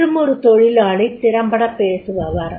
மற்றுமொரு தொழிலாளி திறம்படப் பேசுபவர்